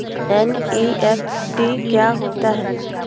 NEFT क्या होता है?